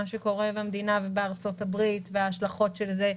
מה שקורה במדינה ובארצות הברית וההשלכות של זה,